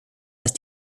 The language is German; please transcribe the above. dass